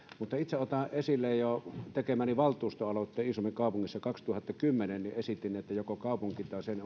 mutta itse otan esille jo tekemäni valtuustoaloitteen iisalmen kaupungissa vuonna kaksituhattakymmenen esitin että joko kaupunki tai jokin sen